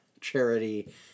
Charity